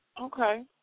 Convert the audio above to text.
Okay